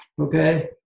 okay